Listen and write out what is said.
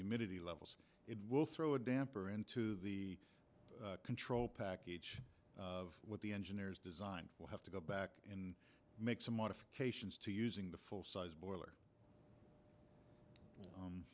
miti levels it will throw a damper into the control package of what the engineers design will have to go back in make some modifications to using the full size boiler